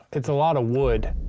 it's a lot of wood.